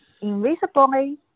invisibly